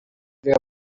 riha